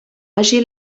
àgil